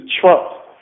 trump